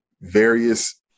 various